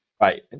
Right